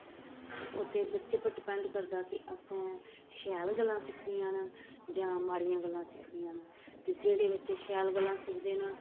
ओह् ते बच्चे पर डिपैंड करदा कि असैं शैल गल्लां सिक्खनियां न जां माड़ियां गल्लां सिक्खनियां न ते जेह्ड़े बच्चे शैल गल्लां सिक्खदे न